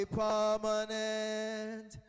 permanent